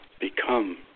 become